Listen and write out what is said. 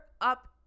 up